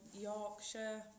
Yorkshire